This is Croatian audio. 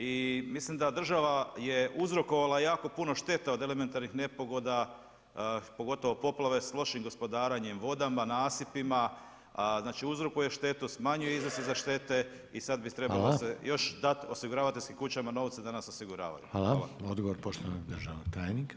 I mislim da država je uzrokovala jako puno šteta od elementarnih nepogoda pogotovo poplave sa lošim gospodarenjem vodama, nasipima, znači uzrokuje štetu, smanjuje iznose za štete i sad bi trebala se još dati osiguravateljskim kućama novce da nas osiguravaju.